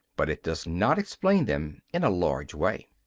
but it does not explain them in a large way.